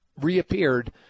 reappeared